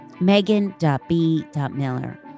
megan.b.miller